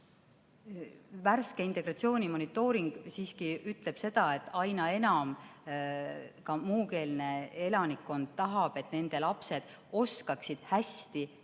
värske integratsioonimonitooring siiski ütleb seda, et aina enam ka muukeelne elanikkond tahab, et nende lapsed oskaksid hästi eesti